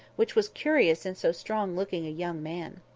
which was curious in so strong-looking a young man.